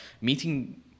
meeting